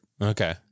Okay